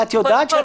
קודם כול,